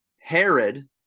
herod